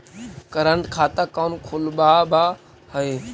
current खाता कौन खुलवावा हई